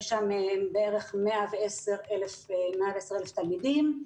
יש שם מעל 110,000 תלמידים,